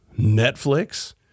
Netflix